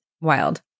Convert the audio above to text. wild